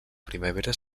primavera